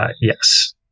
yes